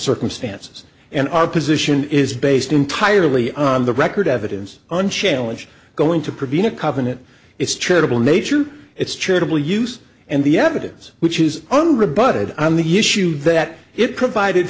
circumstances and our position is based entirely on the record evidence and challenge going to provide a covenant it's charitable nature it's charitable use and the evidence which is unrebutted on the issue that it provided